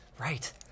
Right